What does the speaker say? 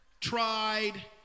tried